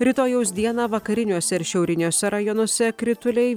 rytojaus dieną vakariniuose ir šiauriniuose rajonuose krituliai